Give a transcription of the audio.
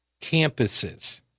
campuses